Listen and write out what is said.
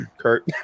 Kurt